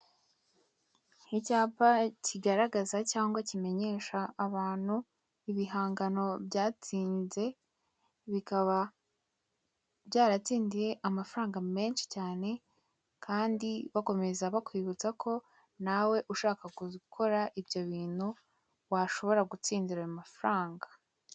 Icyapa kigaragaza cyangwa kimenyesha abantu ibihangano byatsinze, bikaba byaratsindiye amafaranga menshi cyane, kandi bakomeza bakwibutsa ko nawe ushaka gukora ibyo bintu, washobora gutsindira ayo mafaranga.